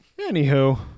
Anywho